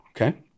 Okay